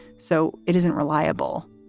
so it isn't reliable.